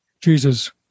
Jesus